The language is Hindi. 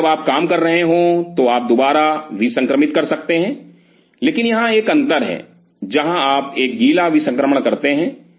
इसलिए जब आप काम कर रहे हों तो आप दोबारा विसंक्रमित कर सकते हैं लेकिन यहाँ एक अंतर है जहाँ आप एक गीला विसंक्रमण करते हैं